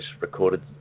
recorded